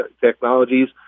Technologies